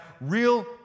real